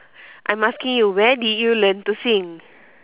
I'm asking you where did you learn to sing